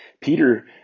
Peter